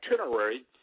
itinerary